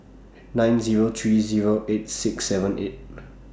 nine Zero three Zero eight six seven eight